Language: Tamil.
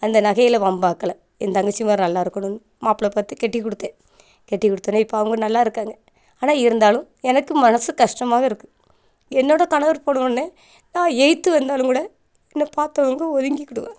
அந்த நகையில் வம்பாக்கலை என் தங்கச்சிவோ நல்லா இருக்கணுன்னு மாப்பிள்லை பார்த்து கட்டி கொடுத்தேன் கட்டி கொடுத்தவொன்னே இப்போ அவங்க நல்லா இருக்காங்க ஆனால் இருந்தாலும் எனக்கு மனசு கஷ்டமாகவே இருக்கும் என்னோடய கணவர் போனவொன்னே நான் எதித்து வந்தாலும் கூட என்ன பார்த்தவங்க ஒதுங்கிக்கிடுவாங்க